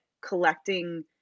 collecting